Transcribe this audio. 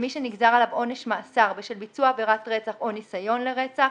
למי שנגזר עליו עונש מאסר בשל ביצוע עבירת רצח או ניסיון לרצח,